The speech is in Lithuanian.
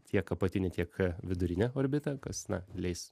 tiek apatinę tiek vidurinę orbitą kas na leis